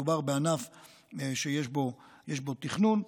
מדובר בענף שיש בו תכנון.